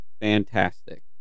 fantastic